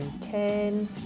ten